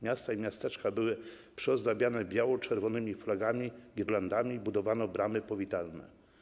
Miasta i miasteczka były przyozdabiane biało-czerwonymi flagami, girlandami, budowano bramy powitalne.